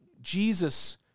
Jesus